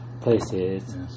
places